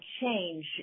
change